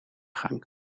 gang